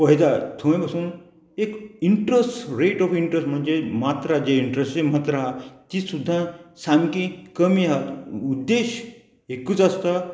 पळयता थंय पासून एक इंट्रस्ट रेट ऑफ इंट्रस्ट म्हणजे मात्रा जे इंट्रस्टची मात्रा आहा ती सुद्दां सामकी कमी आहा उद्देश एकूच आसता